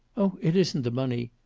oh, it isn't the money.